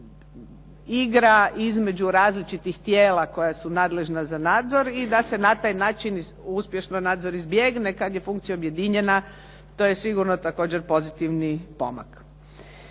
se igra između različitih tijela koja su nadležna za nadzor i da se na taj način uspješno nadzor izbjegne kad je funkcija objedinjena, to je sigurno također pozitivni pomak.